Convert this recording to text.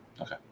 Okay